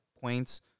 points